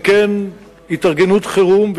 גם כן התארגנות חירום,